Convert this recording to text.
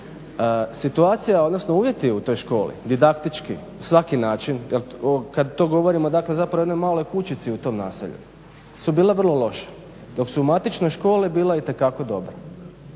Situacija odnosno uvjeti u toj školi didaktički svaki način jer kad to govorimo dakle zapravo u jednoj maloj kućici u tom naselju su bila vrlo loša dok su u matičnoj školi bila itekako dobra.